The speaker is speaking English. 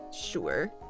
sure